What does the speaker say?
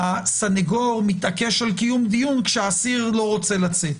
הסנגור מתעקש על קיום דיון כשהאסיר לא רוצה לצאת.